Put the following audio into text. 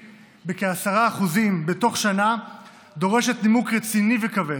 בכ-10% בתוך שנה דורשת נימוק רציני וכבד.